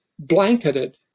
blanketed